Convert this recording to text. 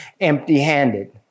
empty-handed